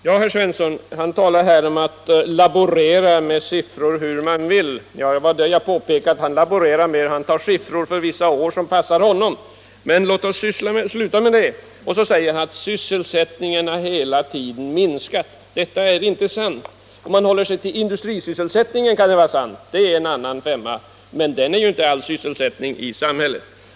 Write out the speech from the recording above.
Herr talman! Herr Svensson i Malmö talar om att laborera med siffror hur man vill. Jag påpekade just att han laborerar med siffror för vissa år som passar honom. Låt oss sluta med det! Jörn Svensson säger att sysselsättningen hela tiden har minskat. Nej, det är inte sant. Om man håller sig till industrisysselsättningen kanske påståendet är riktigt, men det är en annan femma, eftersom industrisysselsättningen inte omfattar all sysselsättning i samhället.